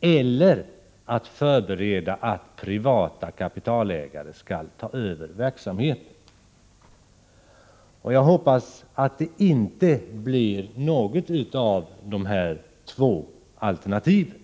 eller till att förbereda att privata kapitalägare tar över verksamheten. Jag hoppas att det inte blir något av de två alternativen.